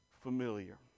familiar